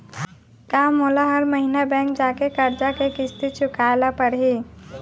का मोला हर महीना बैंक जाके करजा के किस्ती चुकाए ल परहि?